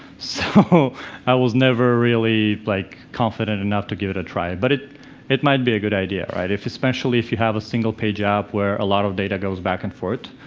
so i was never really like confident enough to give it a try but it it might be a good idea right, if especially if you have a single page app where a lot of data goes back and forth,